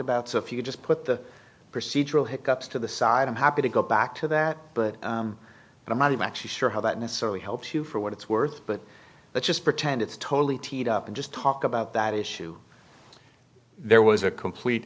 about so if you just put the procedural hiccups to the side i'm happy to go back to that but i'm not actually sure how that necessarily helps you for what it's worth but let's just pretend it's totally teed up and just talk about that issue there was a complete